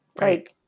Right